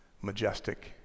majestic